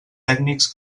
tècnics